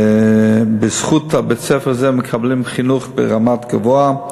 ובזכות בית-הספר הזה מקבלים חינוך ברמה גבוהה,